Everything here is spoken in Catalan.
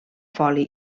foli